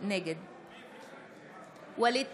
נגד ווליד